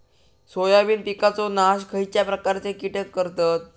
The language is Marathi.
सोयाबीन पिकांचो नाश खयच्या प्रकारचे कीटक करतत?